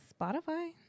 Spotify